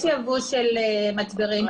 יש יבוא של מצברים.